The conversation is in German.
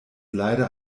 leider